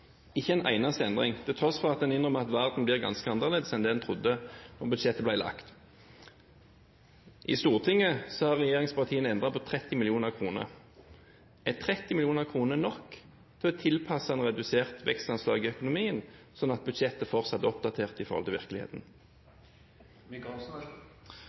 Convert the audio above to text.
ikke en eneste endring, til tross for at en innrømmer at verden blir ganske annerledes enn det en trodde da budsjettet ble laget. I Stortinget har regjeringspartiene endret med 30 mill. kr. Er 30 mill. kr nok for å tilpasse et redusert vekstanslag i økonomien, slik at budsjettet fortsatt er oppdatert i forhold til